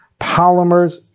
Polymers